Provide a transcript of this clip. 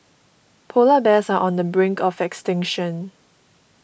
Polar Bears are on the brink of extinction